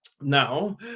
now